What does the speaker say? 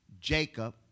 Jacob